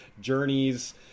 journeys